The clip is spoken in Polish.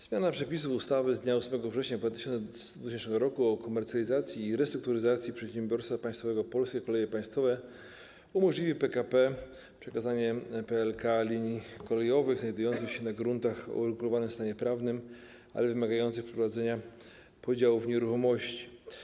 Zmiana przepisów ustawy z dnia 8 września 2000 r. o komercjalizacji i restrukturyzacji przedsiębiorstwa państwowego ˝Polskie Koleje Państwowe˝ umożliwi PKP przekazanie PLK linii kolejowych znajdujących się na gruntach o uregulowanym stanie prawnym, ale wymagających przeprowadzenia podziałów nieruchomości.